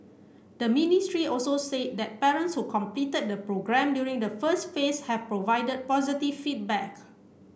the ministry also said that parents who completed the programme during the first phase have provided positive feedback